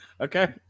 okay